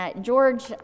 George